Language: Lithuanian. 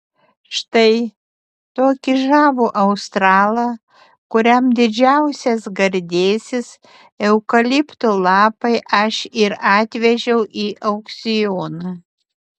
štai tokį žavų australą kuriam didžiausias gardėsis eukalipto lapai aš ir atvežiau į aukcioną